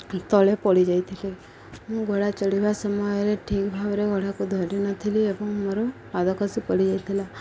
ତଳେ ପଡ଼ି ଯାଇଥିଲି ମୁଁ ଘୋଡ଼ା ଚଢ଼ିବା ସମୟରେ ଠିକ୍ ଭାବରେ ଘୋଡ଼ାକୁ ଧରି ନଥିଲି ଏବଂ ମୋର ପାଦ ଖସି ପଡ଼ିଯାଇଥିଲା